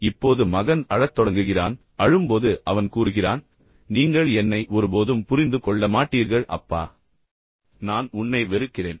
இப்போது மகன் அழத் தொடங்குகிறான் அழும் போது அவன் கூறுகிறான் நீங்கள் என்னை ஒருபோதும் புரிந்து கொள்ள மாட்டீர்கள் அப்பா ஒருபோதும் இல்லை நான் உன்னை வெறுக்கிறேன்